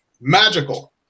magical